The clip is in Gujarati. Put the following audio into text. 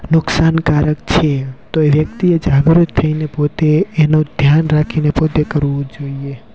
નુકસાનકારક છે તો વ્યક્તિએ જાગૃત થઈને પોતે એનો ધ્યાન રાખીને પોતે કરવું જોઈએ